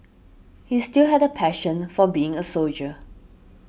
he still had a passion for being a soldier